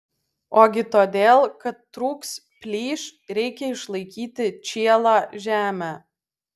ogi todėl kad trūks plyš reikia išlaikyti čielą žemę